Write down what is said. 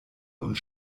und